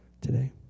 today